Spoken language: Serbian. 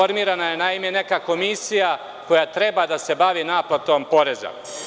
Formirana je, naime, neka komisija koja treba da se bavi naplatom poreza.